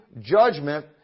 judgment